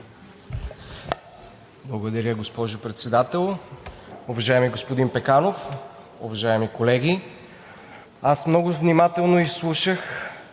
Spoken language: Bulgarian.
Благодаря, госпожо Председател. Уважаеми господин Пеканов, уважаеми колеги! Аз много внимателно изслушах